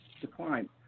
decline